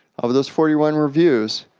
of those forty one reviews,